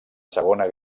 segona